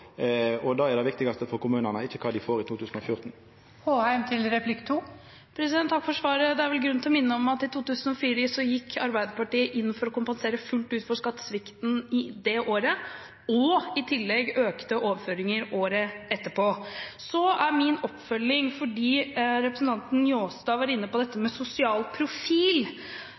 og det er det viktigaste for kommunane – ikkje kva dei får i 2014. Takk for svaret. Det er vel grunn til å minne om at i 2004 gikk Arbeiderpartiet inn for å kompensere fullt ut for skattesvikten i det året – og i tillegg økte overføringer året etterpå. Så har jeg en oppfølging, for representanten Njåstad var inne på dette med sosial profil